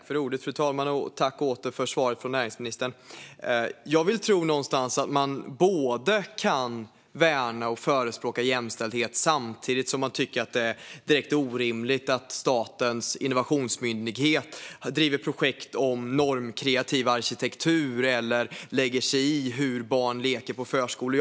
Fru talman! Jag tackar åter för svaret från näringsministern. Jag vill tro att man kan värna och förespråka jämställdhet samtidigt som man tycker att det är direkt orimligt att statens innovationsmyndighet driver projekt om normkreativ arkitektur eller lägger sig i hur barn leker på förskolor.